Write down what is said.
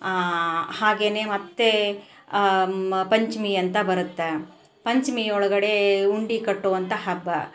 ಹಾಗೆ ಮತ್ತೆ ಪಂಚಮಿ ಅಂತ ಬರುತ್ತೆ ಪಂಚಮಿ ಒಳಗಡೆ ಉಂಡೆ ಕಟ್ಟುವಂತ ಹಬ್ಬ